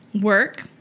Work